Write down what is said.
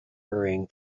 hurrying